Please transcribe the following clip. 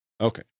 Okay